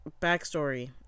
backstory